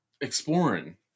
exploring